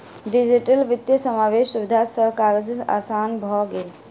digital वित्तीय समावेशक सुविधा सॅ काज आसान भ गेल